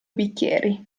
bicchieri